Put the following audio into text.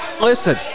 Listen